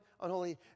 unholy